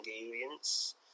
ingredients